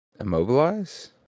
immobilize